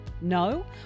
No